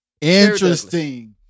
Interesting